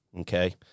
Okay